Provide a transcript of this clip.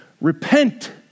repent